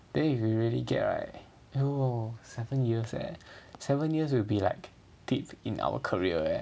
then if we really get right !aiyo! seven years eh seven years we will be like deep in our career leh